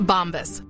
Bombas